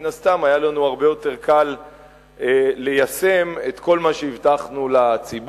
מן הסתם היה לנו הרבה יותר קל ליישם את כל מה שהבטחנו לציבור,